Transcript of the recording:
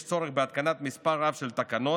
יש צורך בהתקנת מספר רב של תקנות,